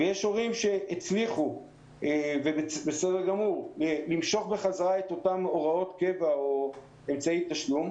ויש הורים שהצליחו למשוך חזרה את אותן הוראות קבע או אמצעי תשלום.